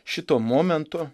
šito momento